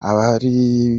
abari